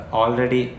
already